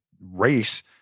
race